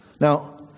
Now